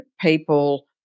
people